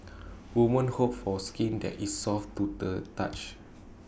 women hope for skin that is soft to the touch